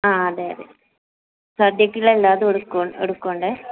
ആ അതെ അതെ സദ്യക്കുള്ള എല്ലാ ഇതും എടുക്കും എടുക്കുവൊണ്ടേ